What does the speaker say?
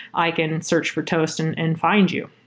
i can search for toast and and find you.